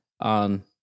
on